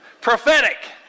Prophetic